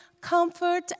comfort